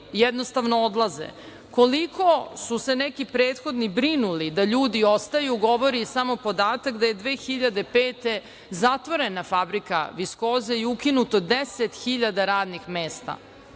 jednostavno odlaze. Koliko su se neki prethodni brinuli da ljudi ostaju, govori samo podatak da je 2005. godine zatvorena fabrika „Viskoze“ i ukinuto 10.000 radnih mesta,